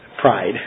pride